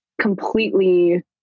completely